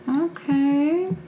okay